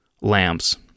lamps